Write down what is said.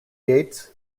gates